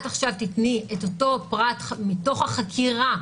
את עכשיו תתני את אותו פרט מתוך החקירה